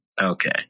Okay